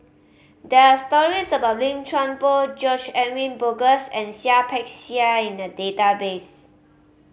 there are stories about Lim Chuan Poh George Edwin Bogaars and Seah Peck Seah in the database